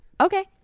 Okay